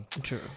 True